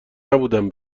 نبودم